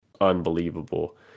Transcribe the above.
unbelievable